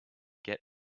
get